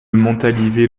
montalivet